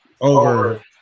over